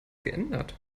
geändert